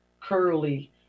curly